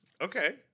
Okay